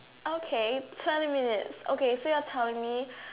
okay twenty minutes okay so you're telling me